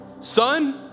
son